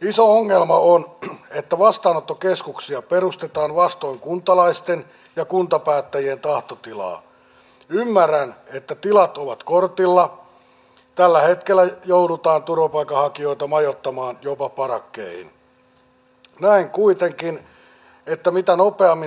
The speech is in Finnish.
niillä vielä on että vastaanottokeskuksia perustetaan vastoin kuntalaisten ja kuntapäättäjien eli palveluista joiden kohteena ovat kaikkein heikko osaisimmat eli lapset oppilaat sairaat vanhukset ja työttömät